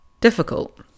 difficult